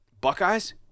Buckeyes